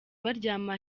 baryama